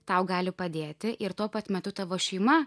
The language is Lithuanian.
tau gali padėti ir tuo pat metu tavo šeima